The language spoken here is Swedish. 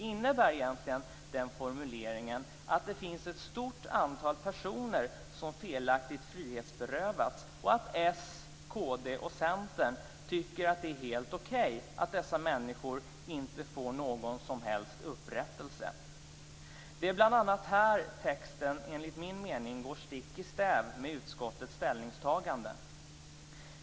Innebär egentligen den formuleringen att det finns ett stort antal personer som felaktigt frihetsberövats och att s, kd, och Centern tycker att det är helt okej att dessa människor inte får någon som helst upprättelse? Det är bl.a. här texten enligt min mening går stick i stäv med utskottets ställningstagande.